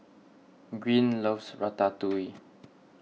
Green loves Ratatouille